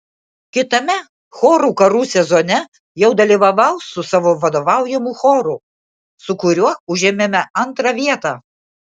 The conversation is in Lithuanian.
kitame chorų karų sezone jau dalyvavau su savo vadovaujamu choru su kuriuo užėmėme antrą vietą